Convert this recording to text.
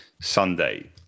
Sunday